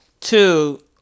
Two